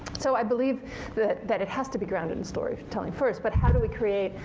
so i believe that that it has to be grounded in storytelling first, but how do we create,